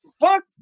Fuck